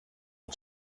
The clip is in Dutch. een